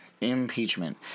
Impeachment